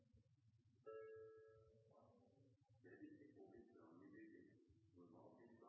som vil gå inn i